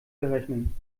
berechnen